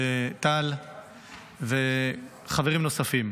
טל וחברים נוספים.